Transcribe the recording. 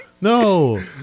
No